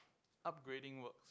upgrading works